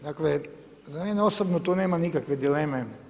Dakle, za mene osobno tu nema nikakve dileme.